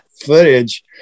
footage